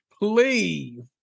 Please